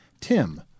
Tim